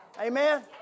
Amen